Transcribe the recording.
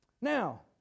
Now